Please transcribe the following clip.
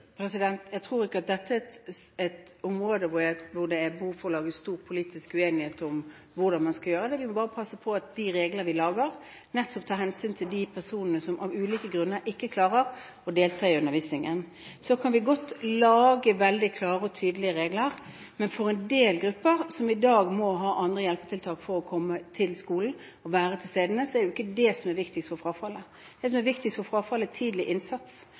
Jeg tror ikke at dette er et område hvor det er behov for å lage stor politisk uenighet om hvordan man skal gjøre det. Vi må bare passe på at de reglene vi lager, nettopp tar hensyn til de personene som av ulike grunner ikke klarer å delta i undervisningen. Vi kan godt lage veldig klare og tydelige regler, men for en del grupper som i dag må ha andre hjelpetiltak for å komme til skolen og være til stede, er det ikke det som er viktigst for å hindre frafallet. Det som er viktigst for å hindre frafallet, er tidlig innsats.